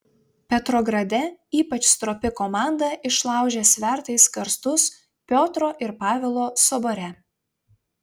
petrograde ypač stropi komanda išlaužė svertais karstus piotro ir pavelo sobore